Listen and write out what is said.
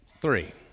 three